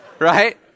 Right